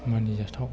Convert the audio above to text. मानि जाथाव